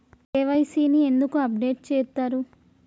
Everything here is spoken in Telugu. కే.వై.సీ ని ఎందుకు అప్డేట్ చేత్తరు?